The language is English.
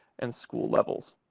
and school levels.